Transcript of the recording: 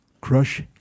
crush